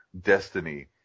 destiny